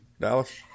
Dallas